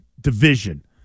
division